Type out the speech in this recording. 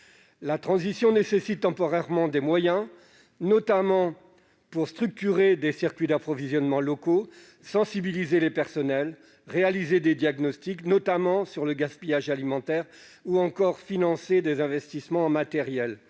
La transition nécessite temporairement des moyens pour structurer des circuits d'approvisionnement locaux, sensibiliser les personnels, réaliser des diagnostics, en particulier sur le gaspillage alimentaire, ou encore financer des investissements matériels.